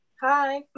Hi